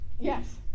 Yes